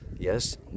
Yes